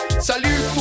Salut